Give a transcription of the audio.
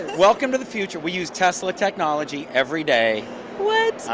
welcome to the future. we use tesla technology every day what?